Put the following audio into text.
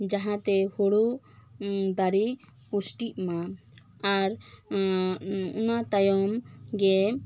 ᱡᱟᱦᱟᱸᱛᱮ ᱦᱳᱲᱳ ᱫᱟᱨᱤ ᱯᱩᱥᱴᱤᱜᱼᱢᱟ ᱟᱨ ᱚᱱᱟ ᱛᱟᱭᱚᱢ ᱜᱮ